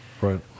Right